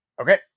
Okay